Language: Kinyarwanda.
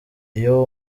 iyo